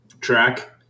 track